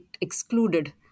excluded